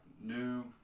new